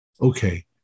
Okay